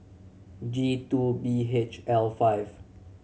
G Two B H L five